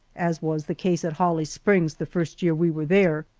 as was the case at holly springs the first year we were there.